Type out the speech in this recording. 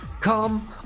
come